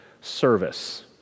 service